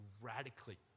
radically